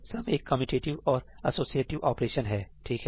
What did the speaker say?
सम एक कमयुटेटिव और associative operation है ठीक है